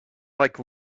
like